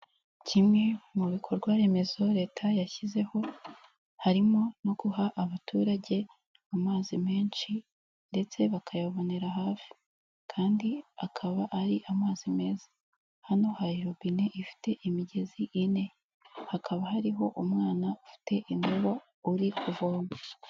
Kimwe mu bikorwa remezo leta yashyizeho, harimo no guha abaturage amazi menshi, ndetse bakayabonera hafi. Kandi akaba ari amazi meza. Hano hari robine ifite imigezi ine, hakaba hariho umwana ufite indobo, uri kuvoma.